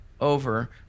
over